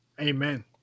Amen